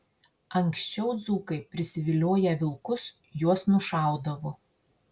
anksčiau dzūkai prisivilioję vilkus juos nušaudavo